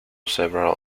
several